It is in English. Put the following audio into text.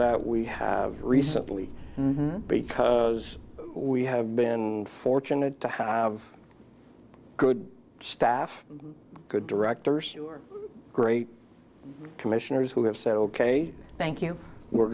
that we have recently because we have been fortunate to have good staff good directors your great commissioners who have said ok thank you we're